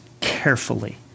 carefully